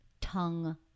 tongue